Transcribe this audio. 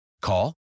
Call